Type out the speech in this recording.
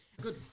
Good